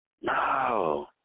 No